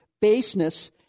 baseness